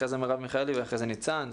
אחר כך מרב מיכאלי ואחרי זה ניצן,